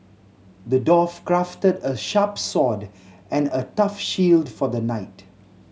the dwarf crafted a sharp and a tough shield for the knight